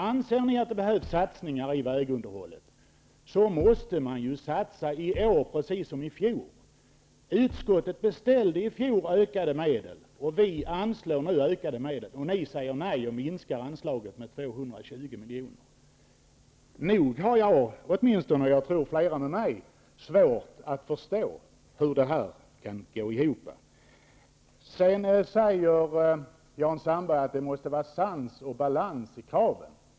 Anser ni att det behövs satsningar på vägunderhållet? Då måste man satsa i år, precis som i fjor. Utskottet beställde i fjor ökade medel, och vi anslår nu ökade medel. Ni säger nej och minskar anslaget med 220 miljoner. Nog har jag, och jag tror flera med mig, svårt att förstå hur det här kan gå ihop. Sedan säger Jan Sandberg att det måste vara sans och balans i kraven.